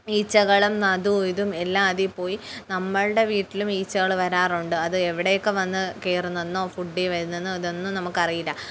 ഈച്ചകളും അതും ഇതും എല്ലാം അതിൽ പോയി നമ്മളുടെ വീട്ടിലും ഈച്ചകൾ വരാറുണ്ട് അത് എവിടെയൊക്കെ വന്നു കയറുന്നെന്നോ ഫുഡ്ഡിൽ വരുന്നെന്നോ ഇതൊന്നും നമുക്കറിയില്ല